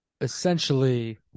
essentially